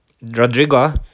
Rodrigo